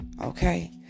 Okay